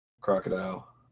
Crocodile